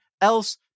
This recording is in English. else